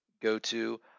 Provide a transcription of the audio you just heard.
go-to